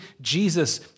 Jesus